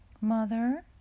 Mother